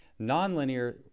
Nonlinear